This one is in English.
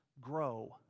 grow